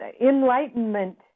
enlightenment